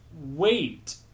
wait